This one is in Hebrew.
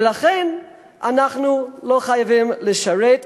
ולכן אנחנו לא חייבים לשרת,